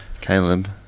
Caleb